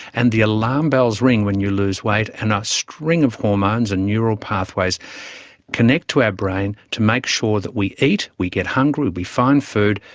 and the alarm bells ring when you lose weight and a ah string of hormones and neural pathways connect to our brain to make sure that we eat, we get hungry, we find food,